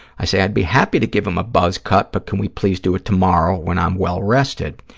i say i'd be happy to give him a buzz cut but can we please do it tomorrow when i'm well rested.